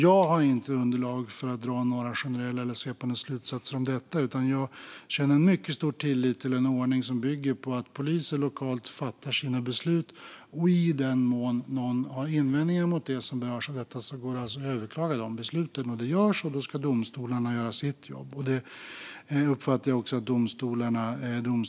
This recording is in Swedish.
Jag har inte underlag för att dra några generella eller svepande slutsatser om detta, utan jag känner en mycket stor tillit till en ordning som bygger på att polisen lokalt fattar sina beslut och att det i den mån någon som berörs av detta har invändningar går att överklaga de besluten. Detta görs, och då ska domstolarna göra sitt jobb, vilket jag uppfattar att domstolarna gör.